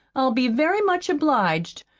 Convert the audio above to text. i'll be very much obliged,